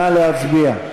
נא להצביע.